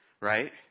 right